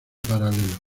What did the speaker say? paralelo